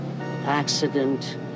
accident